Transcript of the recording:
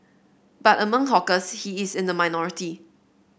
but among hawkers he is in the minority